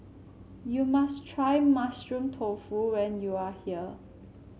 you must try Mushroom Tofu when you are here